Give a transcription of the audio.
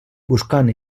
buscant